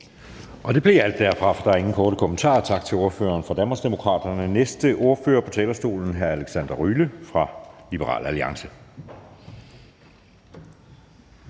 Det blev alt derfra, for der er ingen korte bemærkninger. Tak til ordføreren fra Danmarksdemokraterne. Næste ordfører på talerstolen er hr. Alexander Ryle fra Liberal Alliance.